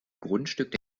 grundstück